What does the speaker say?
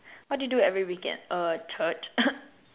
what do you do every weekend uh church